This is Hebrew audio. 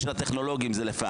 איי של הטכנולוגים זה לפענח,